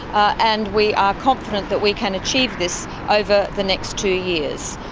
and we are confident that we can achieve this over the next two years.